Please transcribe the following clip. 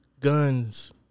guns